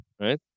right